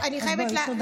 חברת הכנסת גוטליב,